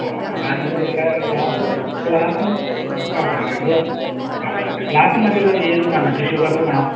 ങാ അതിന് അനുസരിച്ചുള്ള ഗ്ലാസും ഗ്ലാസും ഓക്കേ ഓക്കേ ഓക്കേ ഗ്ലാസും മറ്റേ ഇതും വേണോ ടിഷ്യു പേപ്പറും വേണോ